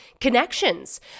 connections